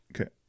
Okay